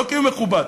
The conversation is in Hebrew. לא קיום מכובד,